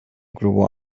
grow